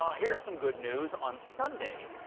ah here's some good news. on sunday,